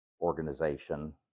organization